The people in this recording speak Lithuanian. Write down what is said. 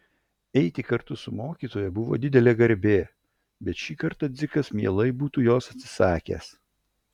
eiti kartu su mokytoja buvo didelė garbė bet šį kartą dzikas mielai būtų jos atsisakęs